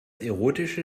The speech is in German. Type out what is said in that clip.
erotische